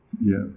Yes